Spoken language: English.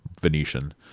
Venetian